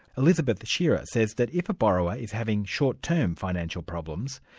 elizabeth shearer says that if a borrower is having short-term financial problems,